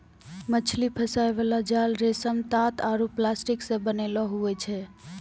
मछली फसाय बाला जाल रेशम, तात आरु प्लास्टिक से बनैलो हुवै छै